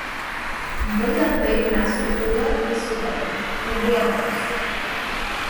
būtent taip mes su ūla ir sutariame kalbėdamos